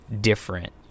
different